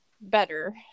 better